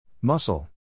Muscle